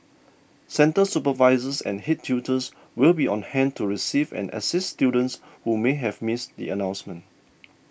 centre supervisors and head tutors will be on hand to receive and assist students who may have missed the announcement